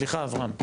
סליחה, אברהם.